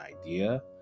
idea